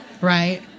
right